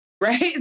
Right